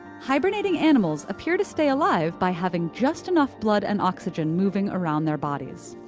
hibernating animals appear to stay alive by having just enough blood and oxygen moving around their bodies.